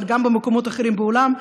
אבל גם במקומות אחרים בעולם.